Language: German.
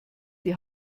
die